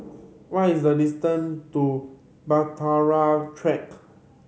what is the distance to Bahtera Track